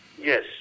yes